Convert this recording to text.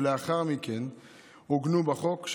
ולאחר מכן עוגנו בחוק,